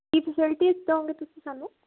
ਕੀ facilities ਦਿਓਂਗੇ ਤੁਸੀਂ ਸਾਨੂੰ